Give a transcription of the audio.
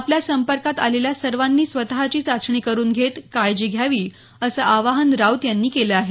आपल्या संपर्कात आलेल्या सर्वांनी स्वतची चाचणी करून घेत काळजी घ्यावी असं आवाहन राऊत यांनी केलं आहे